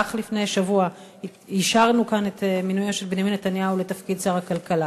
ואך לפני שבוע אישרנו כאן את מינויו של בנימין נתניהו לתפקיד שר הכלכלה.